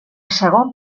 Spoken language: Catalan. segon